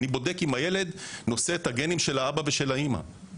אני בודק האם הילד נושא את הגנים של האבא ושל האמא.